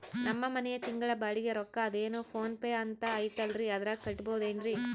ನಮ್ಮ ಮನೆಯ ತಿಂಗಳ ಬಾಡಿಗೆ ರೊಕ್ಕ ಅದೇನೋ ಪೋನ್ ಪೇ ಅಂತಾ ಐತಲ್ರೇ ಅದರಾಗ ಕಟ್ಟಬಹುದೇನ್ರಿ?